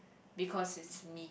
because it's me